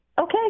Okay